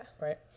right